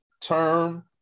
term